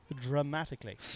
Dramatically